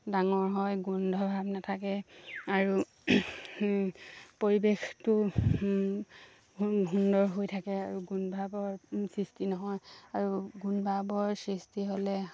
ডাঙৰ হয় গোন্ধ ভাৱ নাথাকে আৰু পৰিৱেশটো সুন্দৰ হৈ থাকে আৰু গোন্ধবোৰ সৃষ্টি নহয় আৰু গোন্ধ ভাৱৰ সৃষ্টি হ'লে